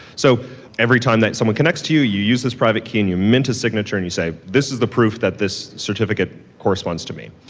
so every time that someone connects to you, use this private key and you mint a signature and you say, this is the proof that this certificate corresponds to me.